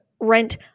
rent